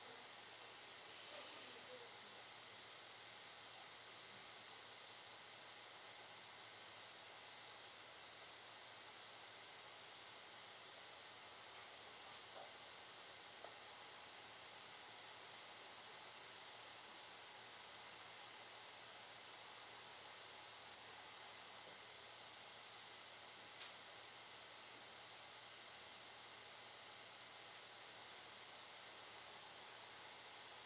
I see